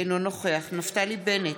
אינו נוכח נפתלי בנט,